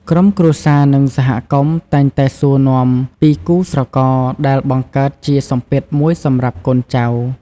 ក្រុមគ្រួសារ និងសហគមន៍តែងតែសួរនាំពីគូស្រករ ដែលបង្កើតជាសម្ពាធមួយសម្រាប់កូនចៅ។